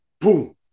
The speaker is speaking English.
Boom